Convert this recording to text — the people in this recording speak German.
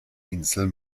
insel